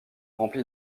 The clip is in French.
remplit